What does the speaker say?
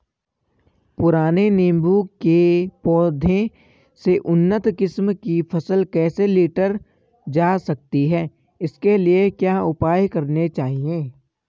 पुराने नीबूं के पौधें से उन्नत किस्म की फसल कैसे लीटर जा सकती है इसके लिए क्या उपाय करने चाहिए?